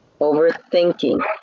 Overthinking